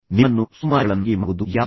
ನಿಮ್ಮನ್ನು ಸೋಮಾರಿಗಳನ್ನಾಗಿ ಮಾಡುವುದು ಯಾವುದು